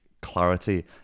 clarity